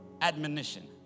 admonition